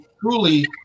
truly